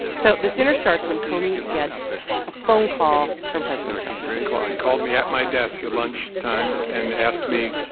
so this dinner starts when comey gets a phone call from president trump he called he called me at my desk at lunchtime and asked me,